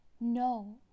No